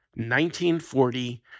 1940